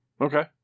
Okay